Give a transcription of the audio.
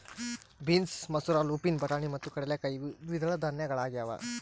beans ಮಸೂರ lupin ಬಟಾಣಿ ಮತ್ತು ಕಡಲೆಕಾಯಿ ಇವು ದ್ವಿದಳ ಧಾನ್ಯಗಳಾಗ್ಯವ